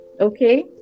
Okay